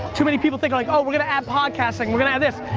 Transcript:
too many people think like oh we're gonna add podcasting, we're gonna add this.